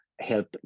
help